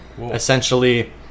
Essentially